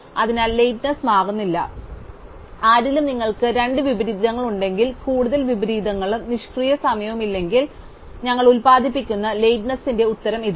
അതിനാൽ ലേറ്റ്നെസ് മാറുന്നില്ല അതിനാൽ ആരിലും നിങ്ങൾക്ക് രണ്ട് വിപരീതങ്ങളുണ്ടെങ്കിൽ കൂടുതൽ വിപരീതങ്ങളും നിഷ്ക്രിയ സമയവുമില്ലെങ്കിൽ ഞങ്ങൾ ഉൽപാദിപ്പിക്കുന്ന ലേറ്റ്നെസ്ന്റെ ഉത്തരം ഇതാണ്